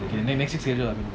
okay next next week schedule ah